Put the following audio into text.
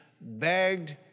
begged